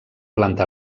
planta